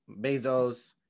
bezos